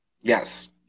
Yes